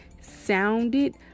sounded